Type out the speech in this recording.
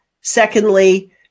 Secondly